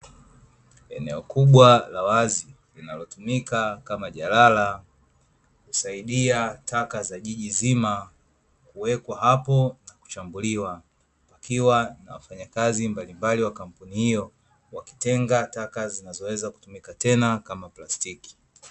Eneo kubwa la wazi linalotumika kama jalala husaidia taka za jiji zima kuwekwa hapo na kuchambuliwa, kukiwa na wafanyakazi mbalimbali wa kampuni hiyo wakitenga taka zinazoweza kutumika tena kama plastiki.